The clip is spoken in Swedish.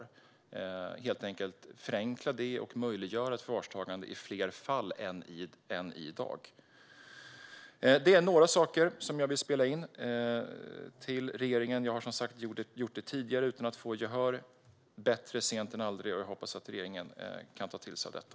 Vi behöver helt enkelt förenkla det och möjliggöra ett förvarstagande i fler fall än i dag. Detta är några saker som jag vill spela in till regeringen. Jag har som sagt gjort det tidigare utan att få gehör, men bättre sent än aldrig. Jag hoppas att regeringen kan ta till sig av detta.